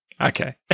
Okay